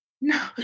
no